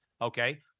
okay